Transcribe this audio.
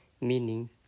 Meaning